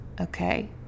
okay